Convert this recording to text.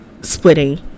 splitting